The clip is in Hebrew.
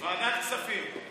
ועדת הכספים.